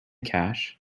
cash